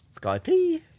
Skype